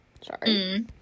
sorry